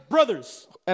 Brothers